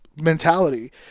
mentality